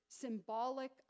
symbolic